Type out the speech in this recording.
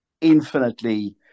infinitely